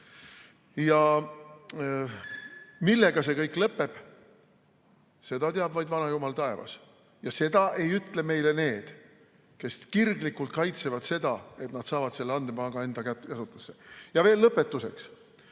Millega see kõik lõpeb? Seda teab vaid vanajumal taevas ja seda ei ütle meile need, kes kirglikult kaitsevad seda, et nad saaksid selle andmepanga enda käsutusse. Lõpetuseks.